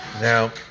now